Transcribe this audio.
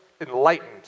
enlightened